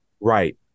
Right